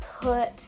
put